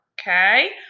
okay